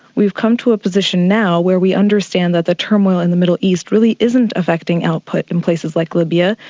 we've come to a position now where we understand that the turmoil in the middle east really isn't affecting output in places like libya.